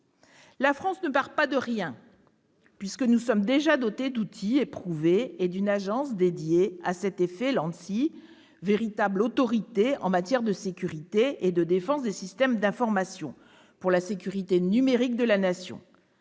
La France ne part pas de rien, puisqu'elle s'est déjà dotée d'outils éprouvés et d'une agence dédiée à cet effet, l'ANSII, véritable autorité en matière de sécurité et de défense des systèmes d'information pour la sécurité numérique de la nation.